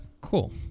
Cool